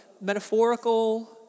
metaphorical